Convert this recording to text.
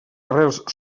arrels